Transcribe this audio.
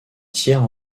tiers